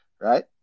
right